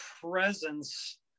presence